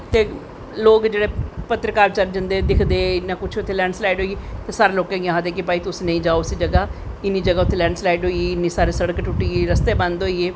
ते लोग जेह्ड़े पत्तरकार जंदे दिखदे न कुश उत्थें लैंड़ सलाईड होई ते सारें लोकें गी आखदे कि भाई तुस नेईं जाओ उस जगाह् इन्नी सारी जगाह् लैंड़ सलाईड़ होई गेई इन्नें रस्ते टुट्टी गे